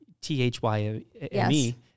T-H-Y-M-E